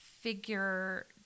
figure